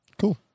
cool